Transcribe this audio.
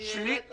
מיקי,